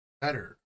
better